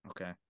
Okay